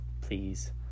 please